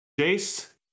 Jace